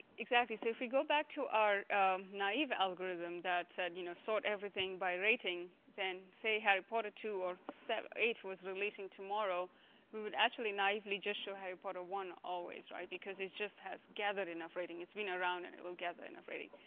exactly so if we go back to our naive algorithm that said you know sort everything by rating then say harry potter two or eight was releasing tomorrow we would actually naively just show harry potter one always right because it just has gathered enough rating it's been around and it will gather enough rating.